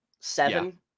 seven